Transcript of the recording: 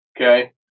okay